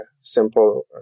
simple